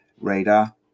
radar